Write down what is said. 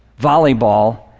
volleyball